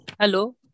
Hello